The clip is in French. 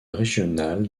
régional